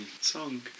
song